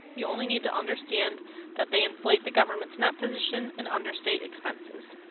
you only need to understand that they inflate the government's net position and understate expenses.